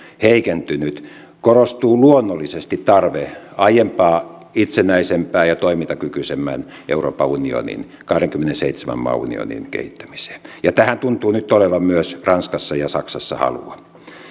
heikentynyt korostuu luonnollisesti tarve aiempaa itsenäisemmän ja toimintakykyisemmän euroopan unionin kahdenkymmenenseitsemän maan unionin kehittämiseen ja tähän tuntuu nyt olevan myös ranskassa ja saksassa halua